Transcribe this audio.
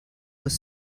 was